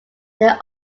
their